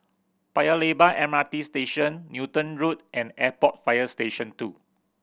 Paya Lebar M R T Station Newton Road and Airport Fire Station Two